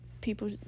people